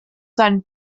seinem